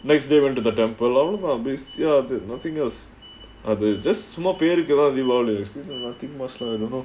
next day went to the temple long or base ya did nothing else or they just சும்மா பேருக்கு தான்:summa perukku thaan deepavali nothing much lah I don't know